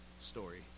story